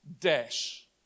dash